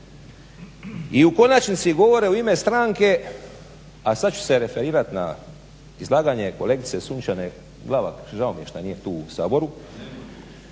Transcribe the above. i u konačnici govore u ime stranke a sad ću se referirati na izlaganje kolegice Sunčane Glavak. Žao mi je šta nije tu u Saboru,